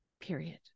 period